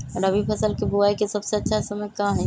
रबी फसल के बुआई के सबसे अच्छा समय का हई?